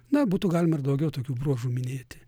na būtų galima ir daugiau tokių bruožų minėti